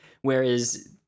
whereas